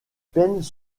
peines